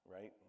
right